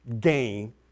gain